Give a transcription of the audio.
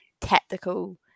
tactical